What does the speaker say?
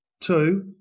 two